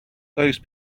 those